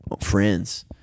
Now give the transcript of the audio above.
friends